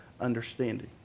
understanding